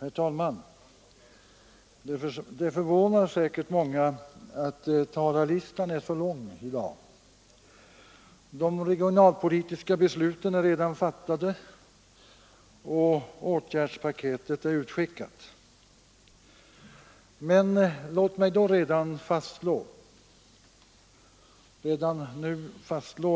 Herr talman! Det förvånar säkert många att talarlistan är så lång som den är i dag. De regionalpolitiska besluten är redan fattade, och åtgärdspaketet är utskickat. Men låt mig redan nu fastslå